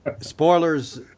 spoilers